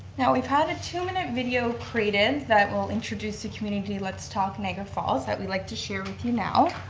now we've had a two minute video created that will introduce the community to let's talk niagara falls that we'd like to share with you now.